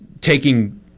taking